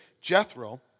Jethro